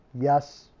Yes